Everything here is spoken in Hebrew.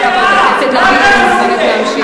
רשעים ארורים,